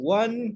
one